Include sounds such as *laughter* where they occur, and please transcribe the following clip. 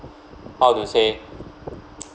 how to say *noise*